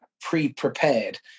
pre-prepared